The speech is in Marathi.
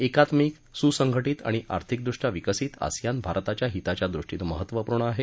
एकात्मिक सुसंघांत्रि आणि आर्थिकदृष्ट्या विकसित आसियान भारताच्या हिताच्या दृष्टीनं महत्त्वपूर्ण आहे